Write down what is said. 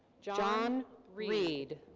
john reed.